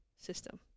system